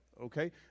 okay